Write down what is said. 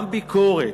גם ביקורת,